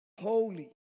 holy